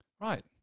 Right